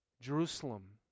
Jerusalem